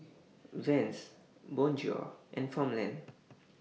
Vans Bonjour and Farmland